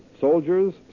Soldiers